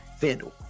FanDuel